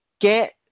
get